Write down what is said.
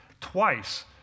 Twice